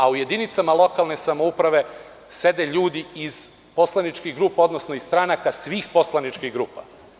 A u jedinicama lokalne samouprave sede ljudi iz poslaničkih grupa, odnosno iz stranaka svih poslaničkih grupa.